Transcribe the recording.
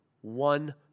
One